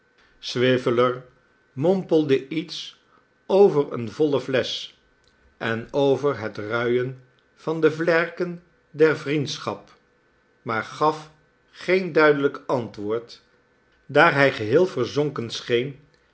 swiveller mompelde iets over eene voile flesch en over het ruien van de vlerken der vriendschap maar gaf geen duidelijk antwoord daar hij geheel verzonken scheen